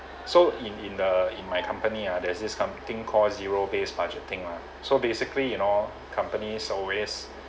so in in uh in my company ah there's this something call zero based budgeting lah so basically you know companies always